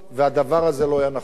והדבר הזה היה לא נכון.